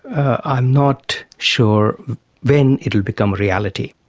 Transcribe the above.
i'm not sure when it will become a reality.